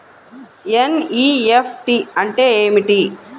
NEFT అంటే ఏమిటి?